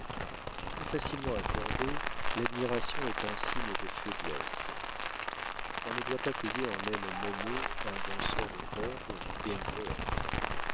trop facilement accordée l'admiration est un signe de faiblesse on ne doit pas payer en même monnaie un danseur de corde et un poète